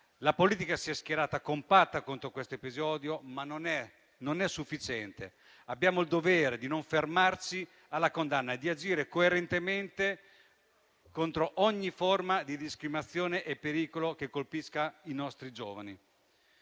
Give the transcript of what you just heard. La politica si è schierata compatta contro questo episodio, ma non è sufficiente. Abbiamo il dovere di non fermarci alla condanna e di agire coerentemente contro ogni forma di discriminazione e pericolo che colpisca i nostri giovani.